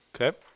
Okay